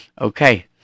Okay